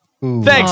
thanks